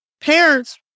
parents